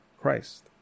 Christ